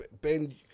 Ben